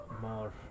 more